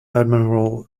admiral